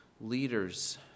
leaders